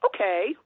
Okay